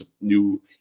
new